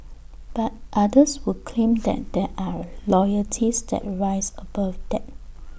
but others would claim that there are loyalties that rise above that